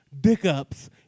dick-ups